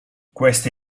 questa